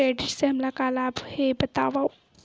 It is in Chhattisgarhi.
क्रेडिट से हमला का लाभ हे बतावव?